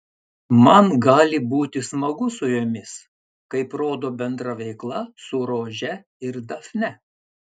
man gali būti smagu su jomis kaip rodo bendra veikla su rože ir dafne